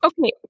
Okay